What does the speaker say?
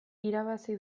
irabazi